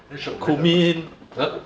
quite shiok why not !huh!